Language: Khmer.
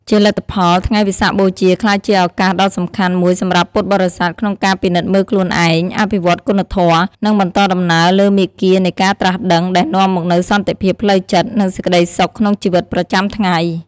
ជាលទ្ធផល ថ្ងៃវិសាខបូជាក្លាយជាឱកាសដ៏សំខាន់មួយសម្រាប់ពុទ្ធបរិស័ទក្នុងការពិនិត្យមើលខ្លួនឯង អភិវឌ្ឍគុណធម៌ និងបន្តដំណើរលើមាគ៌ានៃការត្រាស់ដឹង ដែលនាំមកនូវសន្តិភាពផ្លូវចិត្ត និងសេចក្តីសុខក្នុងជីវិតប្រចាំថ្ងៃ។